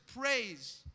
praise